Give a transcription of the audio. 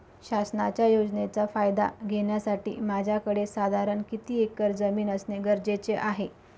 शासनाच्या योजनेचा फायदा घेण्यासाठी माझ्याकडे साधारण किती एकर जमीन असणे गरजेचे आहे?